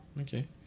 okay